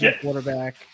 quarterback